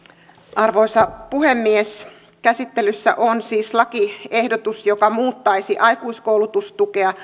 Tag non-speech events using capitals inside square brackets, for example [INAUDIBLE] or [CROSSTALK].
arvoisa puhemies käsittelyssä on siis lakiehdotus joka muuttaisi aikuiskoulutustukea [UNINTELLIGIBLE]